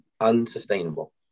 unsustainable